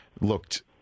looked